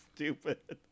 Stupid